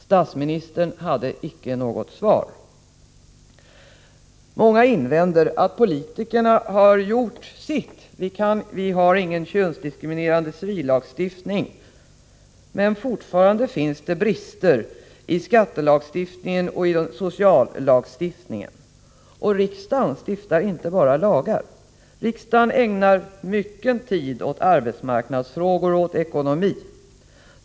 Statsministern hade icke något svar. Många invänder att politikerna har gjort sitt. Vi har ingen könsdiskriminerande civillagstiftning. Men fortfarande finns det brister, i skattelagstiftningen och i sociallagstiftningen. Och riksdagen stiftar inte bara lagar. Riksdagen ägnar mycken tid åt allmänna arbetsmarknadsfrågor och åt ekonomi.